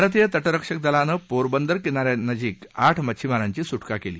भारतीय तटरक्षक दलानं पोरबंदर किनाऱ्यानजिक आठ मच्छिमारांची सुटका केली